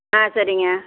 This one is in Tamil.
ஆ சரிங்க